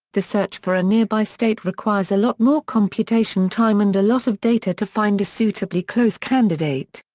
the search for a nearby state requires a lot more computation time and a lot of data to find a suitably close candidate.